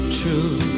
true